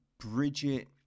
Bridget